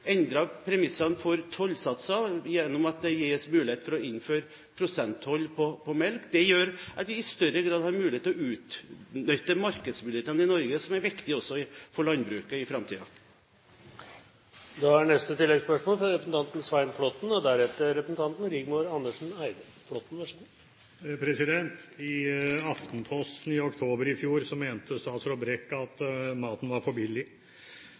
premissene for tollsatsene gjennom at det gis mulighet for å innføre prosenttoll på melk. Det gjør at vi i større grad har mulighet til å utnytte markedsmulighetene i Norge, noe som er viktig også for landbruket i framtiden. Svein Flåtten – til oppfølgingsspørsmål. I Aftenposten i oktober i fjor mente statsråd Brekk at maten var for billig. Nå har vi fått et matkjedeutvalg, og et av hovedfunnene er at maten